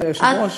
היושב-ראש?